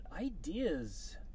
ideas